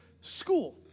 school